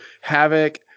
Havoc